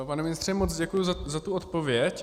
Pane ministře, moc děkuju za tu odpověď.